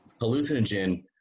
Hallucinogen